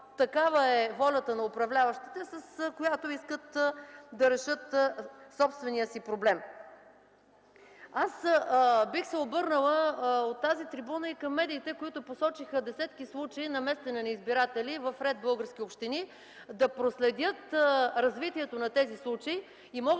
такава е волята на управляващите, с която искат да решат собствения си проблем. Аз бих се обърнала от тази трибуна и към медиите, които посочиха десетки случаи на местене на избиратели в ред български общини, да проследят развитието на тези случаи. Мога да се обзаложа,